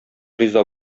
риза